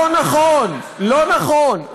לא נכון, לא נכון.